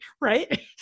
right